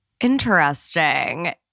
Interesting